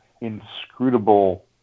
inscrutable